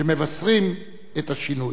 שמבשרים את השינוי.